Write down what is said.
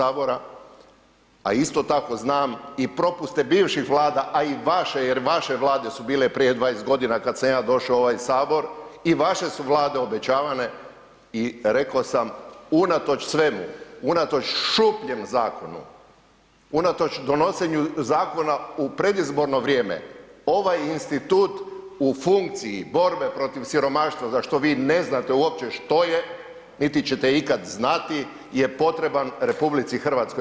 A isto tako znam i propuste bivših Vlada, a i vaše jer vaše Vlade su bile prije 20.g. kad sam ja došao u ovaj sabor i vaše su Vlade obećavane i reko sam unatoč svemu, unatoč šupljem zakonu, unatoč donosenju zakona u predizborno vrijeme ovaj institut u funkciji borbe protiv siromaštva za što vi uopće ne znate što je niti ćete ikad znati je potreban RH.